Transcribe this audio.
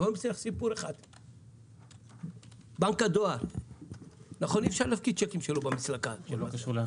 ושאין שום סיבה לדרוש מהבנקים, שרק השיאו רווחים,